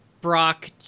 Brock